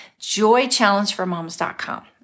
Joychallengeformoms.com